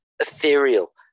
Ethereal